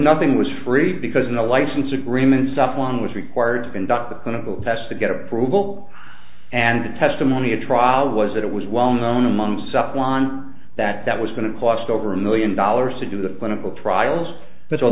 nothing was free because no license agreements up one was required to conduct the clinical test to get approval and the testimony at trial was that it was well known among some one that that was going to cost over a million dollars to do the clinical trials that all